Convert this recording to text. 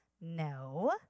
no